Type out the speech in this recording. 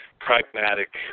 pragmatic